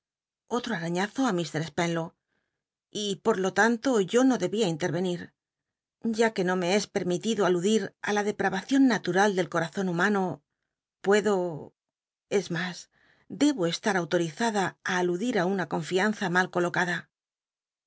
otro araiíaw ti fr spenlow y por lo tanto yo no debia inteneni r ya que no me es permi tido alud it i la de waracion natural del corazon humano puedo es mas debo estar autorizada á aludir una confianza mal colocada